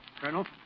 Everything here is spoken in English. Colonel